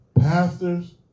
pastors